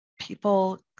people